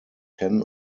ten